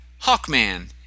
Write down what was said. Hawkman